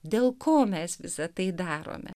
dėl ko mes visa tai darome